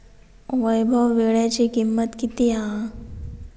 वैभव वीळ्याची किंमत किती हा?